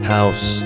House